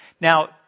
Now